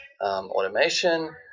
automation